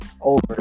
over